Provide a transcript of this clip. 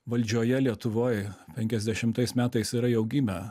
valdžioje lietuvoj penkiasdešimtais metais yra jau gimę